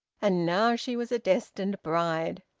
and now she was a destined bride.